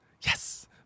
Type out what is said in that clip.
Yes